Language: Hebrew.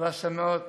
הרשמות